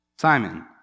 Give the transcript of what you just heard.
Simon